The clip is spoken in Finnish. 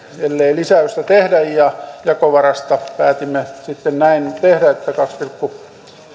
ellei lisäystä tehdä ja jakovarasta päätimme sitten näin tehdä että kaksi pilkku